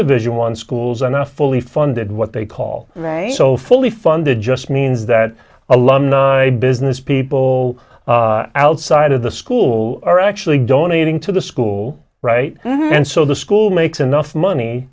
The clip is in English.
division one schools are not fully funded what they call right so fully funded just means that alumni business people outside of the school are actually donating to the school right and so the school makes enough money